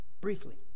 Briefly